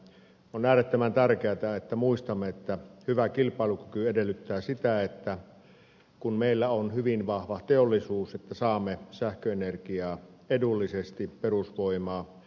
on äärettömän tärkeätä että muistamme että hyvä kilpailukyky edellyttää sitä kun meillä on hyvin vahva teollisuus että saamme sähköenergiaa edullisesti perusvoimaa